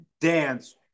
dance